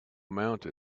mountain